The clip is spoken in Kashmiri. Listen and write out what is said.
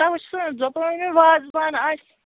تَوے چھَسو نا دوٚپمو نا وازٕوان آسہِ